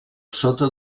sota